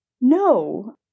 No